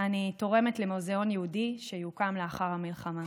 אני תורמת למוזיאון יהודי שיוקם לאחר המלחמה.